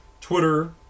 Twitter